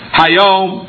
hayom